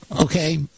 Okay